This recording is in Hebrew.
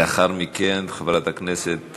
לאחר מכן, חברת הכנסת